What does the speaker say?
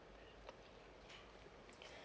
uh